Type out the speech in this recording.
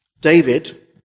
David